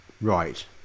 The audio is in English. Right